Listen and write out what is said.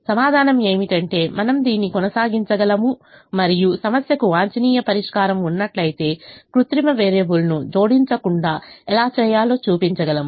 సమాధానం ఏమిటంటే మనం దీన్ని కొనసాగించగలము మరియు సమస్యకు వాంఛనీయ పరిష్కారం ఉన్నట్లయితే కృత్రిమ వేరియబుల్ను జోడించకుండా ఎలా చేయాలో చూపించగలము